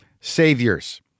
Saviors